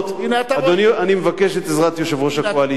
אני מבקש את עזרת יושב-ראש הקואליציה.